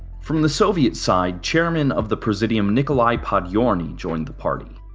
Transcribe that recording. from the soviet side, chairman of the presidium, nikolai podgorny joined the party.